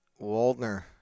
Waldner